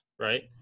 right